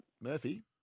Murphy